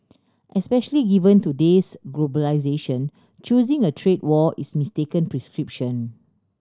especially given today's globalisation choosing a trade war is mistaken prescription